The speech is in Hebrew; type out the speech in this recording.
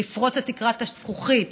לפרוץ את תקרת הזכוכית,